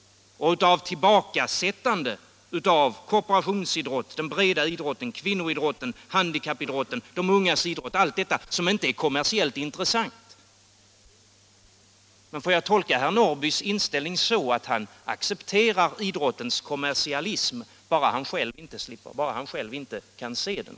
Inte heller kan man se tillbakasättandet av korporationsidrotten, den breda idrotten, kvinnoidrotten, handikappidrotten, de ungas idrott — allt detta som inte är kommersiellt intressant. Får jag tolka herr Norrbys inställning så att han accepterar idrottens kommersialism bara han själv inte kan se den?